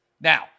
Now